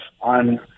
on